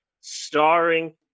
starring